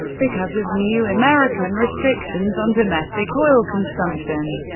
because of new american restrictions on domestic oil consumption.